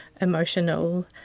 emotional